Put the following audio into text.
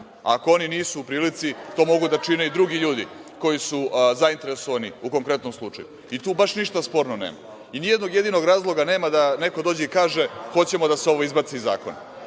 Ako oni nisu u prilici, to mogu da čine i drugi ljudi koji su zainteresovani u konkretnom slučaj. Tu baš ništa sporno nema i ni jednog jedinog razloga nema da neko dođe i kaže – hoćemo da se ovo izbaci iz zakona,